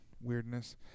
weirdness